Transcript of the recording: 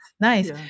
Nice